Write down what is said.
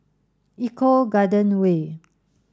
eco Garden Way